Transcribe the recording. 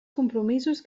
compromisos